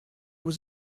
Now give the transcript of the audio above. was